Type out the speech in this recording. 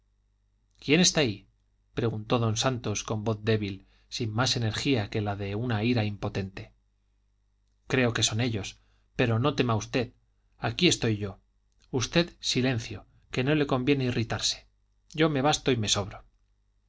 quién está ahí preguntó don santos con voz débil sin más energía que la de una ira impotente creo que son ellos pero no tema usted aquí estoy yo usted silencio que no le conviene irritarse yo me basto y me sobro